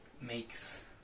makes